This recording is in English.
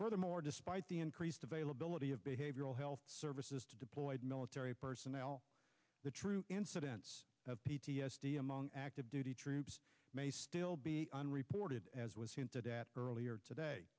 furthermore despite the increased availability of behavioral health services to deployed military personnel the true incidence of p t s d among active duty troops may still be unreported as was hinted at earlier today